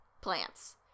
plants